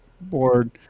board